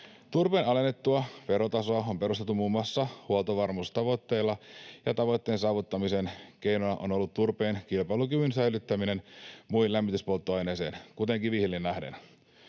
Turpeen alennettua verotasoa on perusteltu muun muassa huoltovarmuustavoitteilla, ja tavoitteen saavuttamisen keinona on ollut turpeen kilpailukyvyn säilyttäminen muihin lämmityspolttoaineisiin, kuten kivihiileen, nähden.